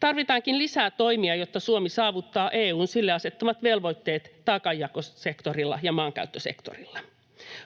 Tarvitaankin lisää toimia, jotta Suomi saavuttaa EU:n sille asettamat velvoitteet taakanjakosektorilla ja maankäyttösektorilla.